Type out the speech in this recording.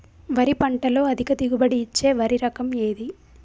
వరి పంట లో అధిక దిగుబడి ఇచ్చే వరి రకం ఏది?